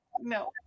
No